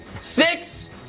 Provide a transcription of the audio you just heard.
six